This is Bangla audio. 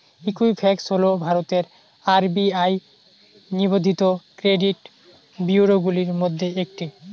ঈকুইফ্যাক্স হল ভারতের আর.বি.আই নিবন্ধিত ক্রেডিট ব্যুরোগুলির মধ্যে একটি